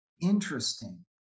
interesting